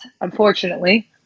unfortunately